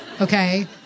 okay